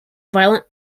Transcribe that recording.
violent